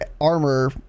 armor